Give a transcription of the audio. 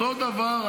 אותו דבר,